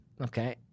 Okay